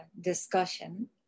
discussion